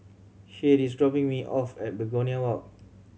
Shade is dropping me off at Begonia Walk